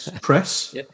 press